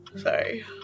sorry